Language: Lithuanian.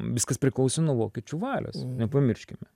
viskas priklauso nuo vokiečių valios nepamirškime